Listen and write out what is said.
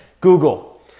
Google